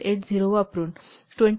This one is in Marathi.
80 वापरून 26